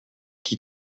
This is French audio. qui